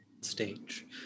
stage